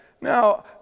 Now